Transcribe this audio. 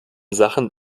sachen